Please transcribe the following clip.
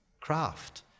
craft